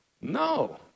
no